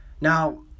Now